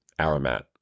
Aromat